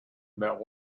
about